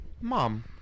Mom